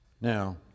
Now